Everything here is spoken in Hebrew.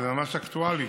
אבל זה ממש אקטואלי,